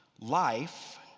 Life